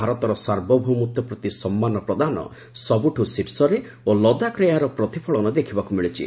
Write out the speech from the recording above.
ଭାରତର ସାର୍ବଭୌମତ୍ୱ ପ୍ରତି ସମ୍ମାନ ପ୍ରଦାନ ସବୁଠୁ ଶୀର୍ଷରେ ଓ ଲଦାଖରେ ଏହାର ପ୍ରତିଫଳନ ଦେଖିବାକୁ ମିଳିଛି